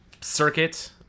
circuit